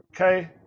okay